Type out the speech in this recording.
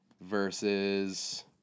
versus